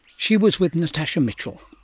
she was with natasha mitchell